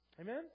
Amen